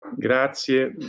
Grazie